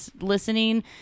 listening